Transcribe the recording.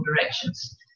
directions